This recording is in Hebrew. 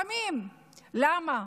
למה?